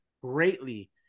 greatly